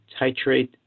titrate